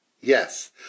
yes